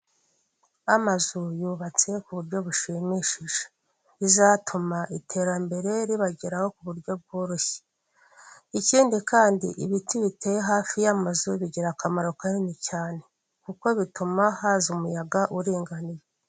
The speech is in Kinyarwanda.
Abantu bari mu ihema bicaye bari mu nama, na none hari abandi bahagaze iruhande rw'ihema bari kumwe n'abashinzwe umutekano mo hagati hari umugabo uri kuvuga ijambo ufite mikoro mu ntoki.